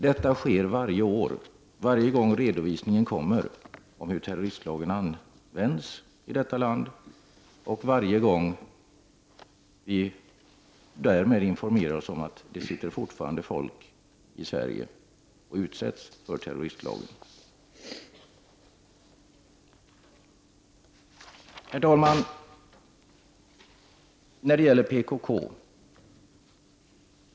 Detta sker varje år, varje gång redovisning kommer om hur terroristlagen används i detta land, och varje gång vi därmed informeras om att det fortfarande finns folk i Sverige som utsätts för terroristlagen. Herr talman!